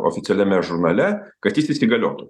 oficialiame žurnale kad jis įsigaliotų